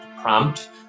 prompt